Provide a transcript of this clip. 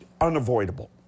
unavoidable